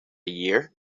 year